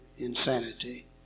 Insanity